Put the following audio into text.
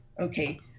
Okay